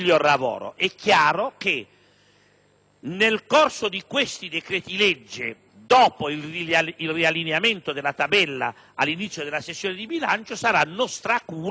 dell'esame di questi decreti-legge, dopo il riallineamento della tabella all'inizio della sessione di bilancio, sarà nostra cura valutare con estremo rigore.